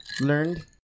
learned